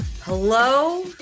Hello